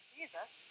Jesus